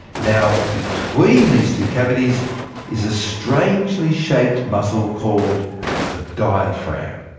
now between these two cavities is a strangely shaped muscle called the diaphragm.